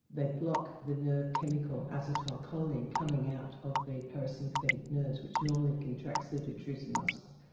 they block the nerve chemical acetylcholine coming out of the para-sympathetic nerves which normally contracts the detrusor muscle.